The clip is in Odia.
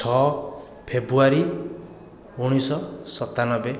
ଛଅ ଫେବୃୟାରୀ ଉଣେଇଶହ ସତାନବେ